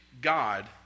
god